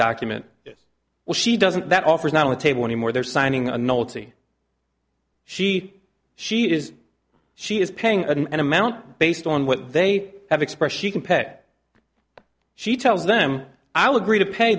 document it well she doesn't that offers not only table anymore they're signing a multi she she is she is paying and amount based on what they have expressed she can pet she tells them i'll agree to pay